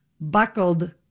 buckled